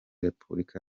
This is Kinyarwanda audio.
repubulika